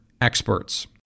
experts